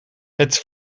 het